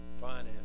finance